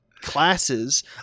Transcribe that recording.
classes